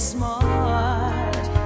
Smart